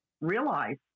realize